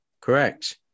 Correct